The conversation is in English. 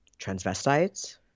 transvestites